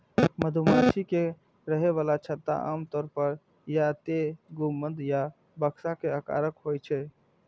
मधुमाछी के रहै बला छत्ता आमतौर पर या तें गुंबद या बक्सा के आकारक होइ छै